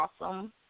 awesome